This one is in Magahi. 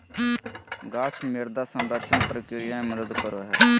गाछ मृदा संरक्षण प्रक्रिया मे मदद करो हय